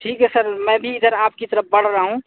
ٹھیک ہے سر میں بھی ادھر آپ کی طرف بڑھ رہا ہوں